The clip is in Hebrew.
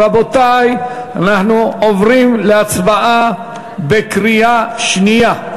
רבותי, אנחנו עוברים להצבעה בקריאה שנייה.